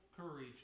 courage